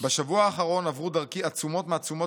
"בשבוע האחרון עברו דרכי עצומות מעצומות